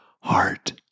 heart